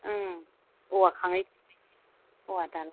उम औवा खाङै खाङै औवा दानो